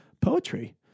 poetry